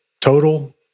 total